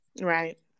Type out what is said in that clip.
right